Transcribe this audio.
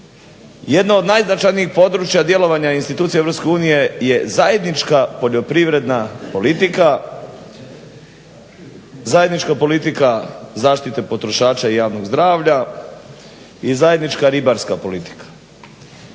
jedna od najznačajnijih područja djelovanja institucija EU je zajednička poljoprivredna politika, zajednička politika zaštite potrošača i javnog zdravlja i zajednička ribarska politika.